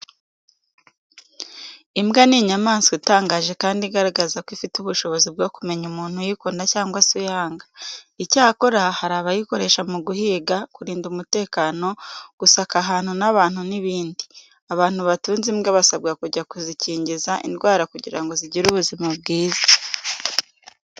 Imbwa ni inyamaswa itangaje kandi igaragaza ko ifite ubushobozi bwo kumenya umuntu uyikunda cyangwa se uyanga. Icyakora, hari abayikoresha mu guhiga, kurinda umutekano, gusaka ahantu n'abantu n'ibindi. Abantu batunze imbwa basabwa kujya kuzikingiza indwara kugira ngo zigire ubuzima bwiza.